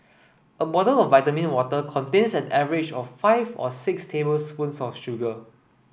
a bottle of vitamin water contains an average of five or six tablespoons of sugar